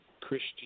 Christian